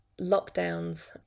lockdowns